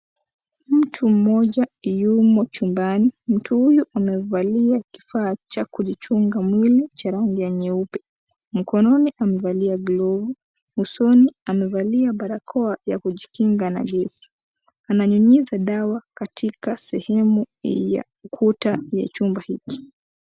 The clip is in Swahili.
Mtu mmoja yumo chumbani, mtu huyu amevalia kifaa cha kujichunga mwili cha rangi ya nyeupe. Mkononi amevalia glovu, usoni amevalia barakoa ya kujikinga na gesi. Ananyunyuza dawa katika sehemu ya ukuta ya chumba hiki.